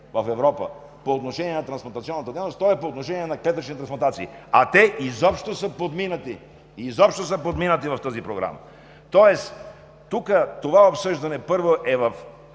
в Европа по отношение на трансплантационната дейност, то е по отношение на клетъчните трансплантации, а те изобщо са подминати в тази програма. Тоест, това обсъждане, първо, е в